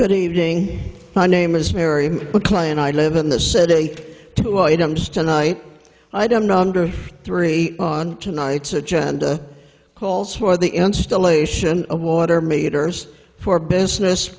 good evening my name is mary maclean i live in the city two items tonight i don't know under three on tonight's a chanda calls for the installation of water meters for business